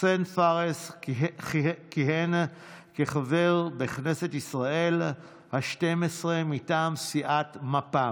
חסיין פארס כיהן כחבר בכנסת ישראל השתים-עשרה מטעם סיעת מפ"ם.